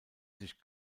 sich